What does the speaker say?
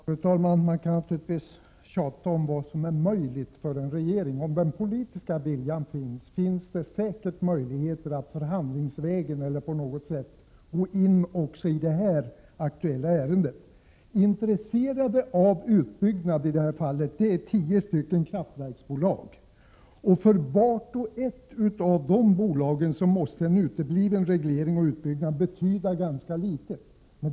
Fru talman! Man kan naturligtvis tjata om vad som är möjligt för en regering. Om den politiska viljan finns har man säkert möjligheter att förhandlingsvägen eller på annat sätt agera i det aktuella ärendet. Intresserade av en utbyggnad i detta fall är tio kraftverksbolag. För vart och ett av dem måste en utebliven reglering och utbyggnad betyda ganska litet.